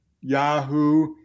Yahoo